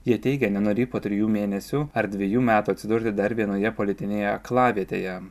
jie teigia nenorį po trijų mėnesių ar dvejų metų atsidurti dar vienoje politinėje aklavietėje